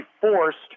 forced